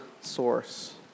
source